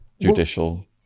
judicial